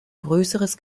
größeres